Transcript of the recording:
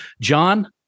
John